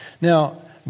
Now